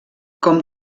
com